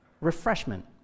refreshment